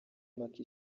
impaka